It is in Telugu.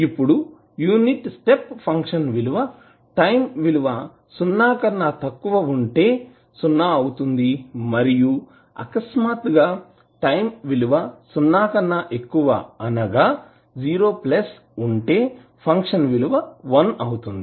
ఇప్పుడు యూనిట్ స్టెప్ ఫంక్షన్ విలువ టైం విలువ సున్నా కన్నా తక్కువ ఉంటే సున్నా అవుతుంది మరియు అకస్మాత్తుగా టైం విలువ సున్నా కన్నా ఎక్కువ అనగా 0 ఉంటే ఫంక్షన్ విలువ వన్ అవుతుంది